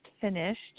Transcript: finished